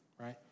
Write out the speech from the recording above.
right